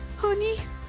Honey